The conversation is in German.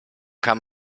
kann